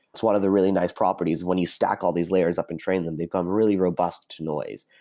it's one of the really nice properties when you stack all these layers up and train them, they become really robust to noise.